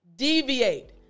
deviate